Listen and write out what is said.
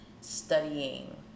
studying